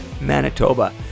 Manitoba